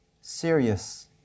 serious